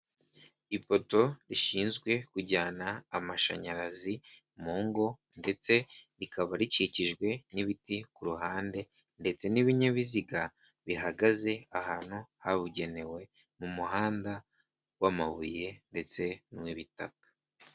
Ipoto rishinzwe kujyana amashanyarazi mu ngo ndetse rikaba rikikijwe n'ibiti ku ruhande, ndetse n'ibinyabiziga bihagaze ahantu habugenewe mu muhanda w'amabuye, ndetse n'uw'ibitaka.